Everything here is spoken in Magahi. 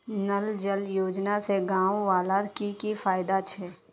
नल जल योजना से गाँव वालार की की फायदा छे?